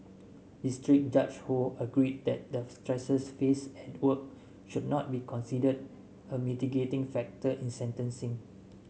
district Judge Ho agreed that the stresses faced at work should not be considered a mitigating factor in sentencing